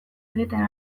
egiten